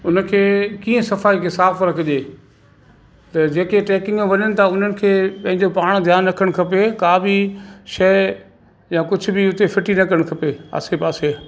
उनखे कीअं सफ़ाई खे साफ़ रखिजे त जेके ट्रैकिंग में वञनि था उन्हनि खे पंहिंजो पाण ध्यानु रखणु खपे का बि शइ या कुझु बि उते फिटी न करणु खपे आसे पासे